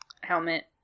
helmet